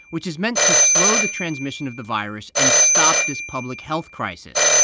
which is meant to slow the transmission of the virus and stop this public health crisis.